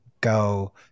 go